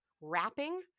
wrapping